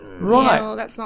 Right